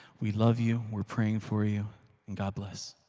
we love you. we're praying for you and god bless.